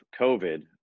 COVID